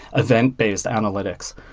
event-based analytics,